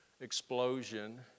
explosion